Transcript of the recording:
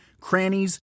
crannies